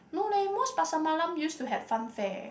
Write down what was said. no leh most Pasar Malam used to had fun fair